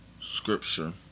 scripture